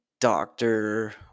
doctor